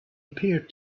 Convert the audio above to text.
appeared